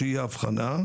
שהיא האבחנה.